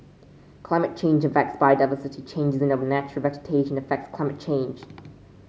climate change affects biodiversity changes in our natural vegetation affects climate change